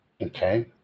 Okay